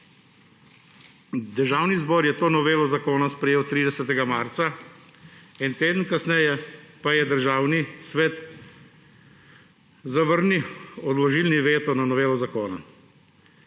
Državni zbor je to novelo zakona sprejel 30. marca, en teden kasneje pa je Državni svet zavrnil odložilni veto na novelo zakona.